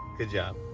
good job.